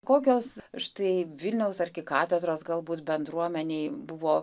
kokios štai vilniaus arkikatedros galbūt bendruomenei buvo